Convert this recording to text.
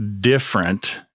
different